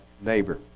neighbor